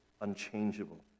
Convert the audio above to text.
unchangeable